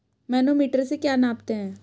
Manometer से क्या नापते हैं?